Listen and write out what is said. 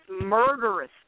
murderous